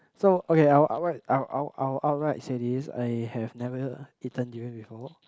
so okay I'll outright I'll I'll I'll outright say this I have never eaten durian before